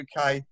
uk